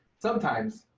sometimes